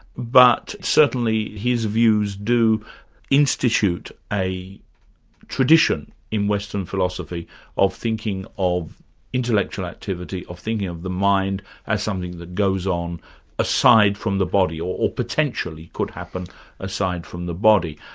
but certainly his views do institute a tradition in western philosophy of thinking of intellectual activity, of thinking of the mind as something that goes on aside from the body, or potentially could happen aside from the body.